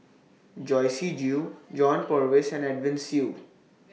Joyce Jue John Purvis and Edwin Siew